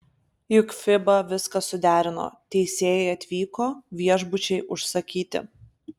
juk fiba viską suderino teisėjai atvyko viešbučiai užsakyti